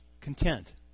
content